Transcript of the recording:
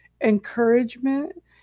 encouragement